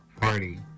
party